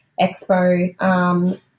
expo